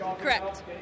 Correct